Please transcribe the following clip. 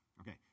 okay